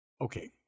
Okay